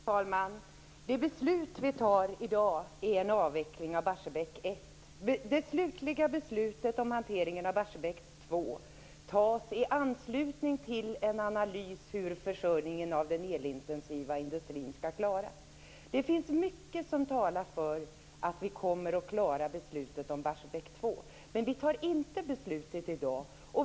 Fru talman! Det beslut vi fattar i dag innebär en avveckling av Barsebäck 1. Det slutliga beslutet om hanteringen av Barsebäck 2 fattas i anslutning till en analys av hur försörjningen av den elintensiva industrin skall klaras. Det finns mycket som talar för att vi kommer att klara av beslutet om Barsebäck 2. Men vi fattar inte beslutet i dag.